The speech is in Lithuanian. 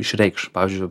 išreikš pavyzdžiui